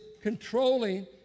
controlling